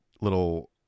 little